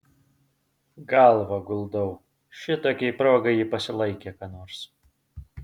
galvą guldau šitokiai progai ji pasilaikė ką nors